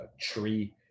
tree